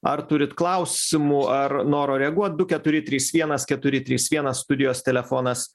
ar turit klausimų ar noro reaguot du keturi trys vienas keturi trys vienas studijos telefonas